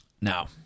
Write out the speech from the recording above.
Now